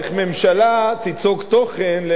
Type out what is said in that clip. איך ממשלה תיצוק תוכן,